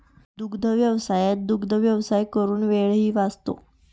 दुग्धव्यवसायात दुग्धव्यवसाय करून वेळही वाचतो